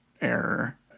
error